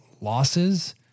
losses